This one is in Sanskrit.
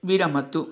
विरमतु